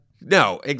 No